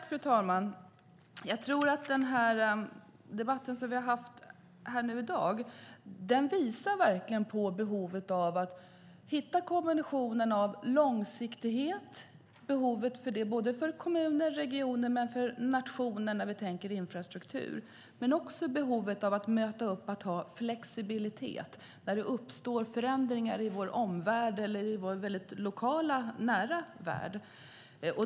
Fru talman! Den debatt som vi har haft här i dag visar på behovet av att hitta kombinationen av långsiktighet för kommuner, regioner och nationen när det gäller infrastruktur och behovet av flexibilitet när det uppstår förändringar i vår omvärld eller i vår lokala nära värld.